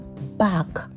back